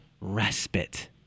respite